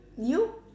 you